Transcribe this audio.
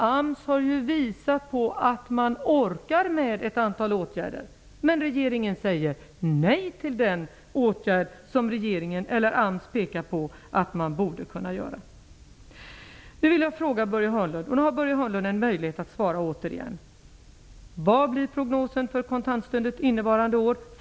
AMS har ju visat på att man orkar med ett antal åtgärder, men regeringen säger nej till den åtgärd som AMS har påpekat borde kunna vidtas. Hörnlund återigen en möjlighet att svara: Vad är prognosen för kontantstödet innevarande år?